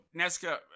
nesca